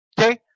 okay